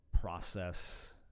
process